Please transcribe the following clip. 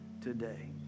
today